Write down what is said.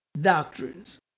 doctrines